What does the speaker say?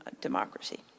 democracy